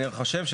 אני חושב,